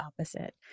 opposite